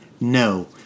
No